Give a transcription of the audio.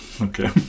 okay